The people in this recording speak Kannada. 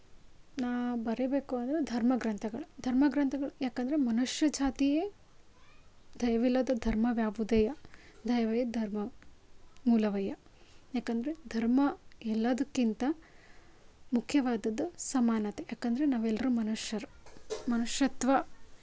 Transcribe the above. ನಾ ಬರೀಬೇಕು ಅಂದರೆ ಧರ್ಮಗ್ರಂಥಗಳು ಧರ್ಮಗ್ರಂಥಗಳು ಯಾಕಂದರೆ ಮನುಷ್ಯ ಜಾತಿಯೇ ದಯವಿಲ್ಲದ ಧರ್ಮವ್ಯಾವುದಯ್ಯ ದಯವೇ ಧರ್ಮ ಮೂಲವಯ್ಯ ಯಾಕಂದರೆ ಧರ್ಮ ಎಲ್ಲಾದಕ್ಕಿಂತ ಮುಖ್ಯವಾದದ್ದು ಸಮಾನತೆ ಯಾಕಂದರೆ ನಾವೆಲ್ಲರೂ ಮನುಷ್ಯರು ಮನುಷ್ಯತ್ವ